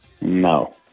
No